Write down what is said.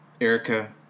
Erica